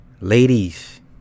Ladies